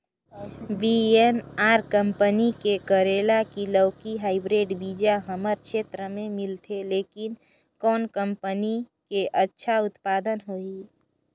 VNR company के करेला की लौकी हाईब्रिड बीजा हमर क्षेत्र मे मिलथे, लेकिन कौन कंपनी के अच्छा उत्पादन होही?